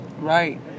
Right